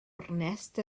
ornest